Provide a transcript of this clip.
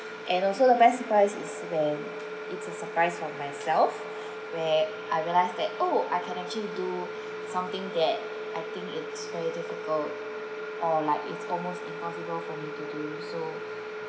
and also the best surprise is when it's a surprise from myself where I realised that oh I've actually do something that I think it's very difficult or like it's almost impossible for me to do so